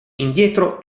indietro